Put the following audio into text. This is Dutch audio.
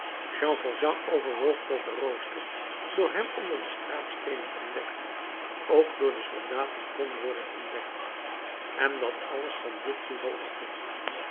jean valjean overwoog dat de rooster door hem onder de straatsteenen ontdekt ook door de soldaten kon worden ontdekt en dat alles van dit toeval afhing